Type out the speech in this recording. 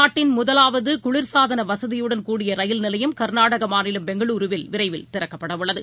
நாட்டின் முதவாவதுகுளிர்சாதனவசதியுடன் கூடிய ரயில் நிலையம் கர்நாடகமாநிலம் பெங்களூரூவில் விரைவில் திறக்கப்படஉள்ளது